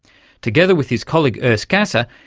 together with his colleague urs gasser,